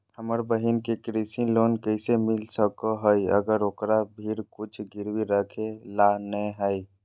हमर बहिन के कृषि लोन कइसे मिल सको हइ, अगर ओकरा भीर कुछ गिरवी रखे ला नै हइ?